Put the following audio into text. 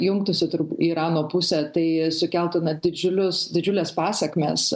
jungtųsi turb į irano pusę tai sukeltų na didžiulius didžiules pasekmes